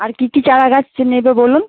আর কী কী চারাগাছ নেবে বলুন